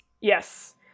Yes